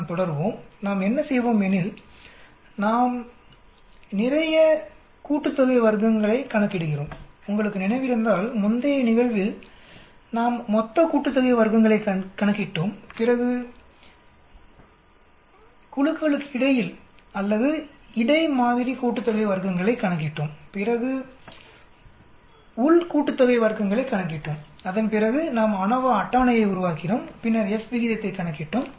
நாம் தொடருவோம் நாம் என்ன செய்வோம் எனில் நாம் நிறைய வர்க்கங்களின் கூட்டுத்தொகையை கணக்கிடுகிறோம் உங்களுக்கு நினைவிருந்தால் முந்தைய நிகழ்வில் நாம் வர்க்கங்களின் மொத்த கூட்டுத்தொகையை கணக்கிட்டோம்பிறகு குழுக்களுக்கிடையில் அல்லது வர்க்கங்களின் இடை மாதிரி கூட்டுத்தொகையை கணக்கிட்டோம் பிறகு வர்க்கங்களின் உள் கூட்டுத்தொகையைக் கணக்கிட்டோம் அதன் பிறகு நாம் அநோவா அட்டவணையை உருவாக்கினோம்பின்னர்F விகிதத்தை கணக்கிட்டோம்